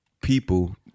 People